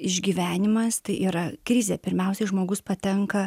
išgyvenimas tai yra krizė pirmiausiai žmogus patenka